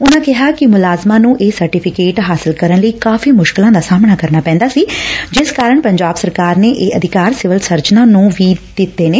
ਉਨੂਾ ਕਿਹਾ ਕਿ ਮੁਲਾਜ਼ਮਾਂ ਨੂੰ ਇਹ ਸਰਟੀਫਿਕੇਟ ਹਾਸਲ ਕਰਨ ਲਈ ਕਾਫੀ ਮੁਸ਼ਕਿਲਾਂ ਦਾ ਸਾਹਮਣਾ ਕਰਨਾ ਪੈਦਾ ਸੀ ਜਿਸ ਕਾਰਨ ਪੰਜਾਬ ਸਰਕਾਰ ਨੇ ਇਹ ਅਧਿਕਾਰ ਸਿਵਲ ਸਰਜਨਾਂ ਨੂੰ ਵੀ ਦਿੱਤੇ ਨੇ